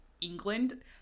England